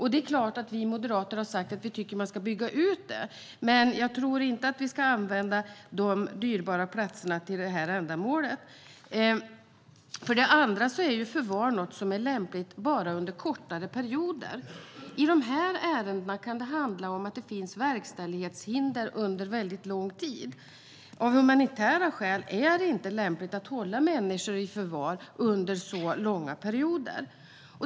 Det är klart att vi moderater har sagt att vi tycker att man ska bygga ut detta, men jag tror inte att vi ska använda dessa dyrbara platser för det här ändamålet. För det andra är förvar något som är lämpligt bara under kortare perioder. I de här ärendena kan det handla om att det finns verkställighetshinder under väldigt lång tid, och av humanitära skäl är det inte lämpligt att hålla människor i förvar under så långa perioder.